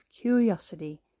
curiosity